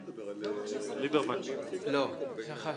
על איזו הסתייגות אתה מדבר?